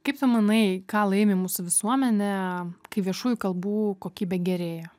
kaip tu manai ką laimi mūsų visuomenė kai viešųjų kalbų kokybė gerėja